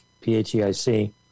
P-H-E-I-C